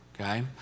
Okay